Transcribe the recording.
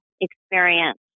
experience